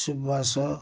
ସୁବାଷ